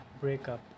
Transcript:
breakup